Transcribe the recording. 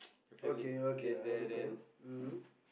okay okay I understand mmhmm